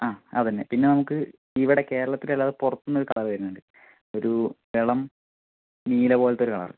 ആ അതെന്നേ പിന്നെ നമുക്ക് ഇവിടെ കേരളത്തിലല്ലാതെ പുറത്ത് നിന്ന് ഒരു കളറ് വരുന്നുണ്ട് ഒരു ഇളം നീല പോലത്തെ ഒരു കളറ്